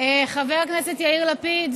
חבר הכנסת יאיר לפיד,